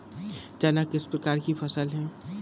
चना किस प्रकार की फसल है?